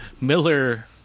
Miller